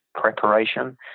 preparation